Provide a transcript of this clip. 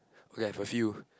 okay I foresee you